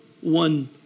one